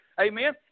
Amen